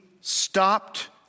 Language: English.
stopped